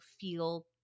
feel